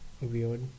weird